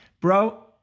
bro